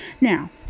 Now